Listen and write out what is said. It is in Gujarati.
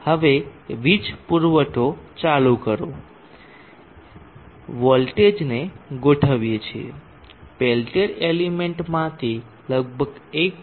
હવે વીજ પુરવઠો ચાલુ કરો વોલ્ટેજને ગોઠવિયે છીએ પેલ્ટીઅર એલિમેન્ટમાંથી લગભગ 1